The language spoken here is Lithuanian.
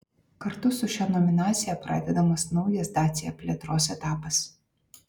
kartu su šia nominacija pradedamas naujas dacia plėtros etapas